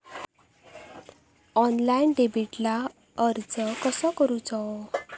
Online डेबिटला अर्ज कसो करूचो?